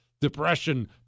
depression